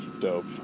dope